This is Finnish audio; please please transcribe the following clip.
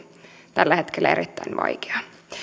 tällä hetkellä erittäin vaikea